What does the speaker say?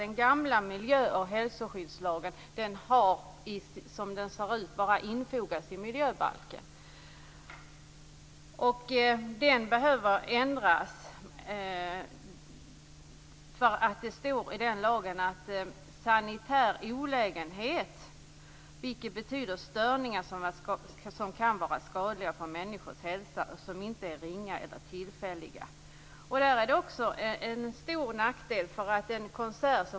Den gamla miljö och hälsoskyddslagen har bara infogats i miljöbalken. Den lagen behöver ändras. I den lagen används uttrycket sanitär olägenhet, vilket innebär störningar som kan vara skadliga för människors hälsa och som inte är ringa eller tillfälliga. Denna mening är till stor nackdel.